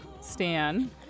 stan